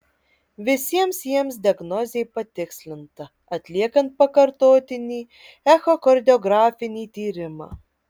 visiems jiems diagnozė patikslinta atliekant pakartotinį echokardiografinį tyrimą